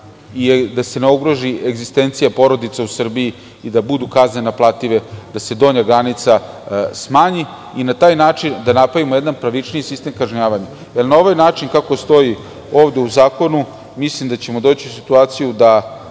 i da se ne ugrozi egzistencija porodice u Srbiji i da budu kazne naplative da se donja granica smanji i na taj način da napravimo jedan pravični sistem kažnjavanja. Na ovaj način kako stoji ovde u zakonu, mislim da ćemo doći u situaciju da